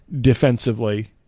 defensively